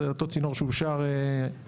זה אותו צינור שאושר השנה,